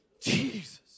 Jesus